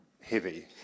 heavy